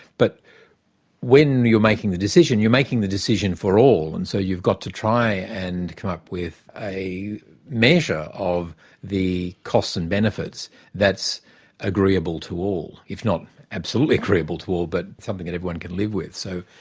but when you're making the decision, you're making the decision for all, and so you've got to try and come up with a measure of the costs and benefits that's agreeable to all. if not absolutely agreeable to all, but something that everyone can live with. so,